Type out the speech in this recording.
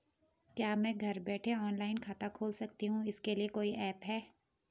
क्या मैं घर बैठे ऑनलाइन खाता खोल सकती हूँ इसके लिए कोई ऐप है?